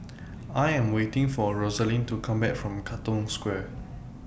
I Am waiting For Rosaline to Come Back from Katong Square